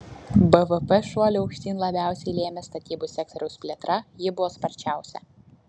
bvp šuolį aukštyn labiausiai lėmė statybų sektoriaus plėtra ji buvo sparčiausia